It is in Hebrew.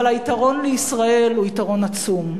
אבל היתרון לישראל הוא יתרון עצום.